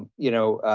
you know,